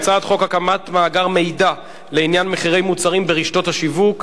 הצעת חוק הקמת מאגר מידע לעניין מחירי מוצרים ברשתות שיווק,